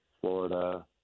florida